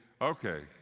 okay